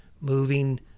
moving